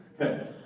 Okay